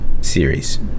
series